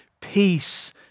Peace